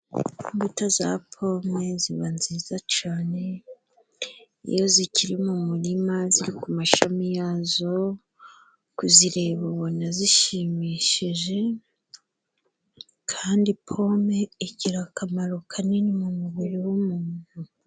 Imbuto za pome ziba nziza cane iyo zikiri mu murima ziri ku mashami yazo, kuzireba ubona zishimishije, kandi pome igira akamaro kanini mu mubiri w'umuntu.